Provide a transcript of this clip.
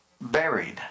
buried